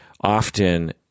often